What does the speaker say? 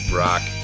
rock